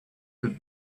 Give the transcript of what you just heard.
could